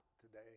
today